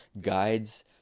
guides